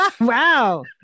Wow